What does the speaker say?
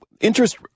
interest